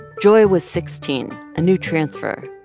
joy was sixteen, a new transfer.